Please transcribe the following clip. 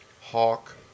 hawk